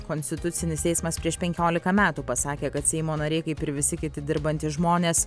konstitucinis teismas prieš penkiolika metų pasakė kad seimo nariai kaip ir visi kiti dirbantys žmonės